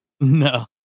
No